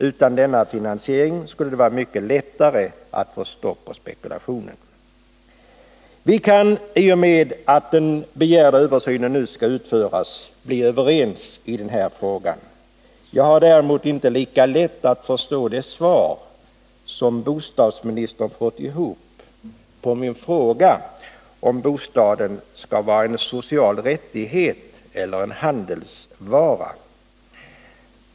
Utan denna finansiering skulle det vara mycket lättare att få stopp på spekulationen. Vi kan, i och med att den begärda översynen nu skall utföras, blir överens i den här frågan. Jag har däremot inte lika lätt att förstå det svar som bostadsministern gav på min fråga om bostaden skall vara en social rättighet eller en handelsvara.